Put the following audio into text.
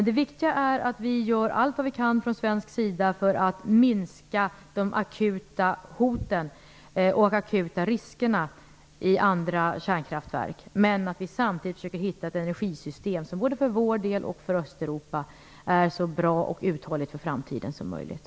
Det viktiga är dock att vi gör allt vi kan från svensk sida för att minska de akuta hoten och riskerna i andra kärnkraftverk, samtidigt som vi försöker hitta ett energisystem som både för vår del och för Östeuropa är så bra och uthålligt för framtiden som möjligt.